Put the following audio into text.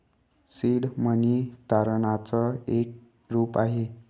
seed money तारणाच एक रूप आहे